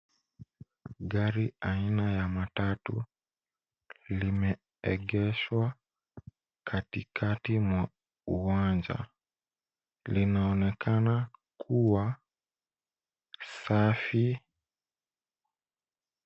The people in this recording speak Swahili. Gari aina ya matatu limeegeshwa katikati mwa uwanja. Linaonekana kuwa safi.